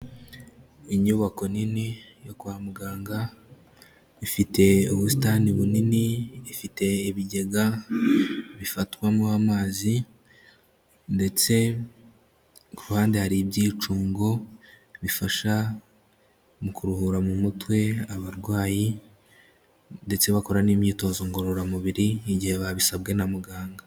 Inyubako nini yo kwa muganga, ifite ubusitani bunini, ifite ibigega bifatwamo amazi ndetse ku ruhande hari ibyicungo bifasha mu kuruhura mu mutwe abarwayi, ndetse bakora n'imyitozo ngororamubiri igihe babisabwe na muganga.